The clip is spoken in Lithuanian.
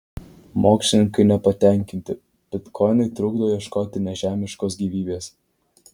mokslininkai nepatenkinti bitkoinai trukdo ieškoti nežemiškos gyvybės